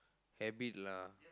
habit lah